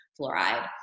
fluoride